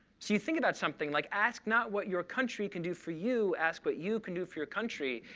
so you think about something like ask not what your country can do for you. ask what you can do for your country.